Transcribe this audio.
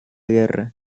guerra